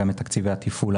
גם את תקציבי התפעול,